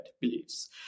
beliefs